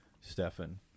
Stefan